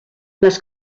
les